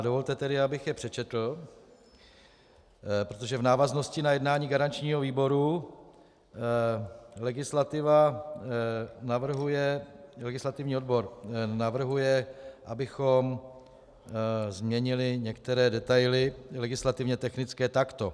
Dovolte tedy, abych je přečetl, protože v návaznosti na jednání garančního výboru legislativní odbor navrhuje, abychom změnili některé detaily legislativně technické takto: